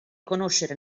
conoscere